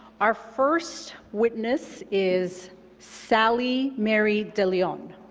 our first witness is sally mary de leon.